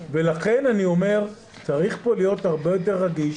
לכן אני אומר שצריך להיות כאן הרבה יותר רגיש,